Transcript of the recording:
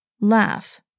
laugh